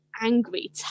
angry